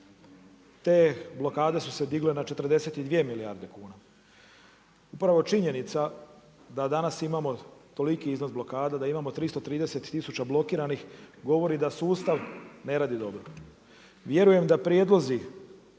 te blokade su se digle na 42 milijarde kuna. Upravo činjenica da danas imamo toliki iznos blokada, da imamo 330 tisuća blokiranih govori da sustav ne radi dobro. Vjerujem da prijedlozi